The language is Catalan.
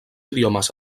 idiomes